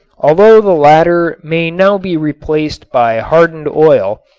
although the latter may now be replaced by hardened oil,